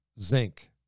Zinc